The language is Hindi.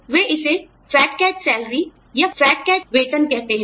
वे इसे फैट कैट सैलरी या फैट कैट वेतनकहते हैं